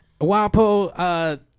Wapo